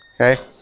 Okay